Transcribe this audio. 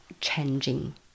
changing